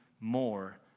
more